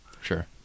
Sure